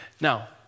Now